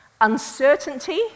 uncertainty